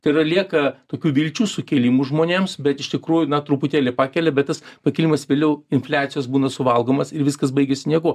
tai yra lieka tokių vilčių sukėlimų žmonėms bet iš tikrųjų na truputėlį pakelia bet tas pakilimas vėliau infliacijos būna suvalgomas ir viskas baigiasi niekuo